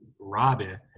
Robin